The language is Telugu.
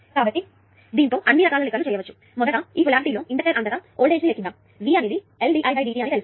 కాబట్టి దీంతో అన్నీ రకాల లెక్కలు చేయవచ్చు మొదట ఈ పొలారిటీ లో ఇండక్టర్ అంతటా వోల్టేజ్ ని లెక్కిద్దాం v అనేది LdIdt అని తెలుసు